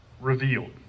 revealed